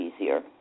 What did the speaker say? easier